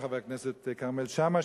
חבר הכנסת כרמל שאמה,